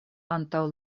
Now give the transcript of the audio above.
antaŭ